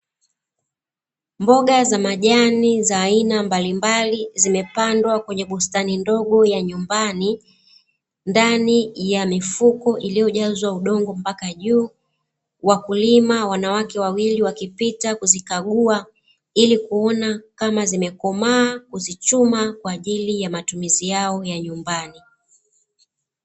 Mboga za majani za aina mbalimbali zimepandwa kwenye bustani ndogo ya nyumbani ndani ya mifuko iliyojazwa udongo mpaka juu, wakulima wanawake wawili wakipita kuzikagua ili kuona kama zimekomaa kuzichuma kwa ajili ya matumizi yao ya nyumbani.